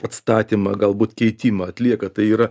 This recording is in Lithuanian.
atstatymą galbūt keitimą atlieka tai yra